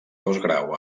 postgrau